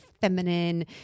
feminine